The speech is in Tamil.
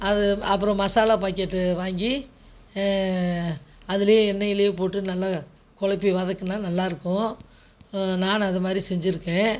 அது அப்புறம் மசாலா பாக்கெட் வாங்கி அதிலேயே எண்ணெயிலயே போட்டு நல்லா கொழப்பி வதக்கினா நல்லாயிருக்கும் நானும் அதை மாதிரி செஞ்சுருக்கேன்